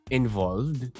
involved